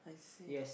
I see